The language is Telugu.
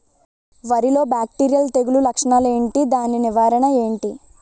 వరి లో బ్యాక్టీరియల్ తెగులు లక్షణాలు ఏంటి? దాని నివారణ ఏంటి?